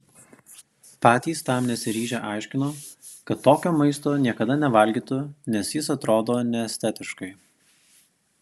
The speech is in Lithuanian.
patys tam nesiryžę aiškino kad tokio maisto niekada nevalgytų nes jis atrodo neestetiškai